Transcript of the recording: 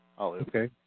Okay